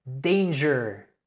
danger